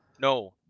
no